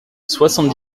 soixante